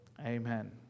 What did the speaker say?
Amen